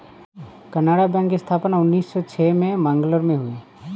Canara bank की स्थापना उन्नीस सौ छह में मैंगलोर में हुई